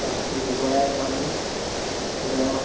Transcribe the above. मस्तु दुआ आहे तव्हांजी ॿुधायो